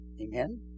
Amen